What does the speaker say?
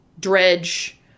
Dredge